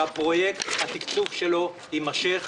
שהתקצוב של הפרויקט הזה יימשך.